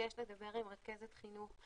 לבקש לדבר עם רכזת חינוך,